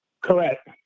Correct